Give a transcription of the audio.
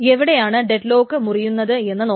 എവിടെയാണ് ഡെഡ്ലോക്ക് മുറിയുന്നത് എന്ന് നോക്കാം